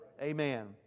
Amen